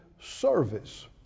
service